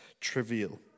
trivial